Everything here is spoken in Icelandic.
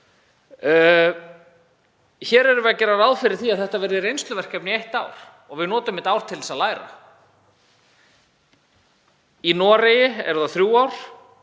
Hér gerum við ráð fyrir því að þetta verði reynsluverkefni í eitt ár og að við notum það ár til þess að læra. Í Noregi eru það þrjú ár,